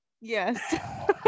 yes